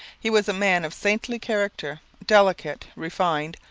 he was a man of saintly character, delicate, refined,